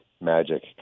magic